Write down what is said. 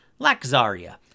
Laxaria